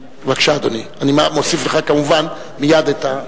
בבקשה, אדוני, אני מוסיף לך כמובן מייד את,